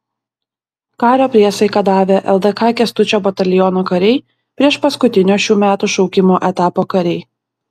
kario priesaiką davę ldk kęstučio bataliono kariai priešpaskutinio šių metų šaukimo etapo kariai